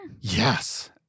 Yes